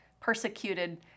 persecuted